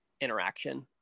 interaction